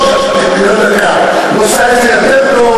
דני דנון עושה את זה יותר טוב,